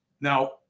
Now